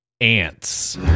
ants